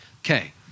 Okay